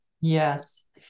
yes